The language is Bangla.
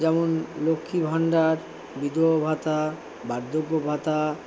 যেমন লক্ষ্মীর ভাণ্ডার বিধবা ভাতা বার্ধক্য ভাতা